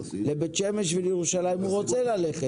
לבית שמש ולירושלים הוא רוצה ללכת.